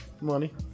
Money